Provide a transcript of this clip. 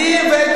יש גבול לשקר.